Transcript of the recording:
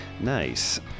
Nice